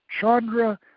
chandra